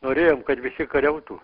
norėjom kad visi kariautų